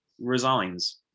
resigns